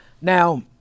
Now